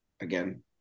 again